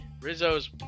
Rizzo's